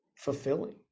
fulfilling